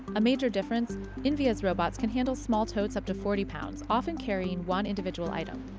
a major difference invia's robots can handle small totes up to forty pounds, often carrying one individual item,